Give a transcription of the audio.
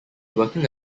working